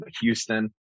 Houston